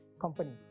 company